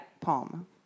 palm